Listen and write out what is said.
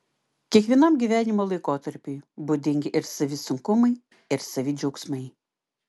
kiekvienam gyvenimo laikotarpiui būdingi ir savi sunkumai ir savi džiaugsmai